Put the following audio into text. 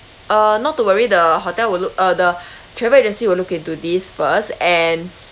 uh not to worry the hotel will look uh the travel agency will look into this first and